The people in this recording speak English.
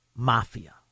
Mafia